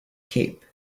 cape